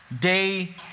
day